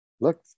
look